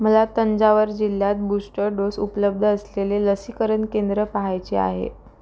मला तंजावर जिल्ह्यात booster dose उपलब्ध असलेले लसीकरण केंद्र पाहायचे आहे